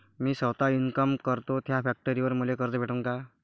मी सौता इनकाम करतो थ्या फॅक्टरीवर मले कर्ज भेटन का?